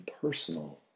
personal